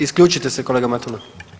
Isključite se kolega Matula.